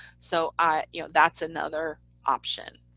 so ah you know that's another option.